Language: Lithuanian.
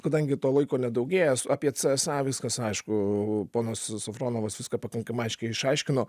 kadangi to laiko nedaugėja apie cė es a viskas aišku ponas safronovas viską pakankamai aiškiai išaiškino